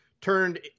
turned